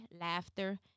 laughter